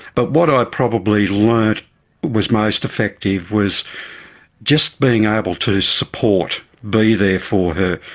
but what i probably learned was most effective was just being able to support, be there for her.